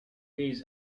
lays